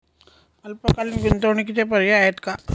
अल्पकालीन गुंतवणूकीचे पर्याय आहेत का?